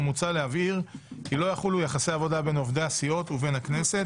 ומוצע להבהיר כי לא יחולו יחסי עבודה בין עובדי הסיעות ובין הכנסת,